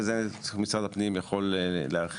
וזה משרד הפנים יכול להרחיב,